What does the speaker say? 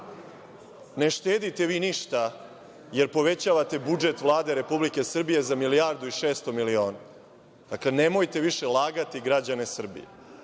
ne štedite vi ništa, jer povećavate budžet Vlade Republike Srbije za milijardu i 600 miliona. Dakle, nemojte više lagati građane Srbije,